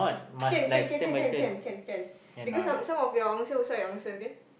can can can can can can can because some some of your answer also I answer okay